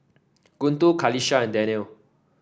Guntur Qalisha and Daniel